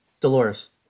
Dolores